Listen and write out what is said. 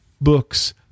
books